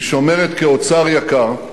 היא שומרת כאוצר יקר,